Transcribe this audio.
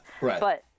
Right